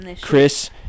chris